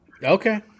Okay